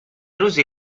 روزی